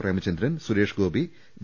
Premachandran Suresh Gopi V